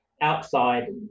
outside